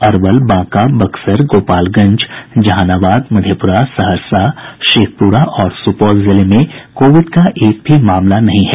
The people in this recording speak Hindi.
अरवल बांका बक्सर गोपालंगज जहानाबाद मधेप्रा सहरसा शेखपुरा और सुपौल जिले में कोविड का एक भी मामला नहीं है